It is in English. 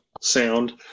sound